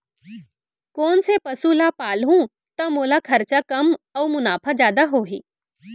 कोन से पसु ला पालहूँ त मोला खरचा कम अऊ मुनाफा जादा होही?